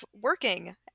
working